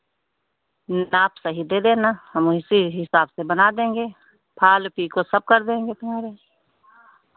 नाप सही दे देना हम उसी हिसाब से बना देंगे फाल पीको सब कर देंगे तुम्हारे